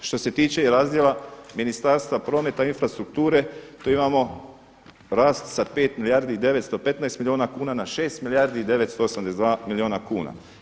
Što se tiče i razdjela Ministarstva prometa i infrastrukture tu imamo rast sa 5 milijardi i 915 milijuna kuna na 6 milijardi i 982 milijuna kuna.